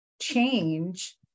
change